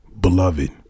Beloved